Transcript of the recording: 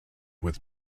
with